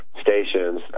stations